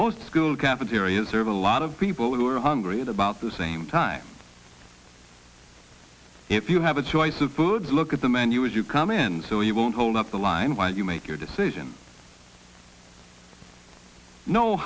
most school cafeterias serve a lot of people were hungry at about the same time if you have a choice of birds look at the menu as you come in so you won't hold up the line while you make your decision know